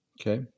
Okay